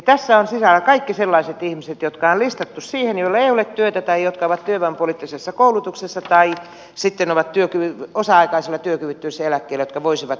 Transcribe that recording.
tässä on sisällä kaikki sellaiset ihmiset jotka on listattu siihen ja joilla ei ole työtä tai jotka ovat työvoimapoliittisessa koulutuksessa tai sitten ovat osa aikaisella työkyvyttömyyseläkkeellä mutta jotka voisivat tehdä työtä